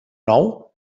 nou